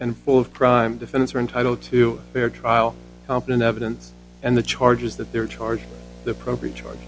and full of prime defense are entitled to fair trial competent evidence and the charges that they're charging the appropriate charge